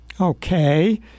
Okay